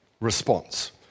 response